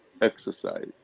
exercise